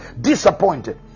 disappointed